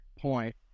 point